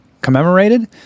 commemorated